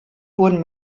wurden